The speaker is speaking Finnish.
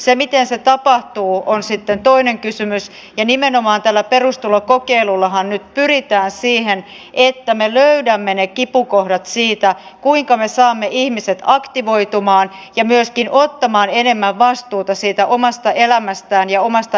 se miten se tapahtuu on sitten toinen kysymys ja nimenomaan tällä perustulokokeilullahan nyt pyritään siihen että me löydämme ne kipukohdat siitä kuinka me saamme ihmiset aktivoitumaan ja myöskin ottamaan enemmän vastuuta siitä omasta elämästään ja omasta elämänhallinnastaan